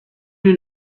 you